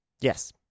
Yes